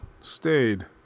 stayed